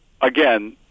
again